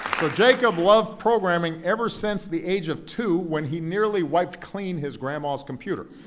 so jacob loved programming ever since the age of two, when he nearly wiped clean his grandma's computer